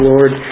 Lord